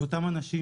ואותם אנשים,